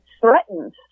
threatened